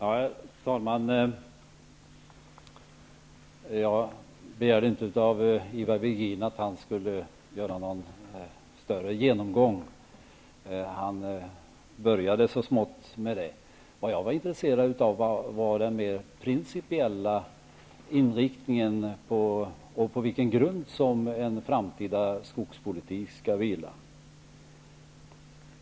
Herr talman! Jag begärde inte av Ivar Virgin att han skulle göra någon större genomgång. Han började så smått med det. Vad jag var intresserad av var den mer principiella inriktningen och på vilken grund en framtida skogspolitik skall vila.